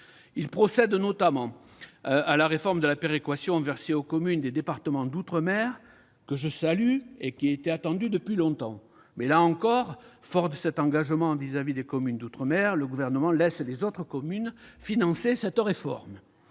Il procède notamment à la réforme de la péréquation versée aux communes des départements d'outre-mer. Bien sûr, je salue cette mesure attendue depuis longtemps. Mais, une nouvelle fois, fort de son engagement envers les communes d'outre-mer, le Gouvernement laisse les autres communes financer cette réforme.